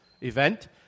event